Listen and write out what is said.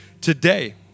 Today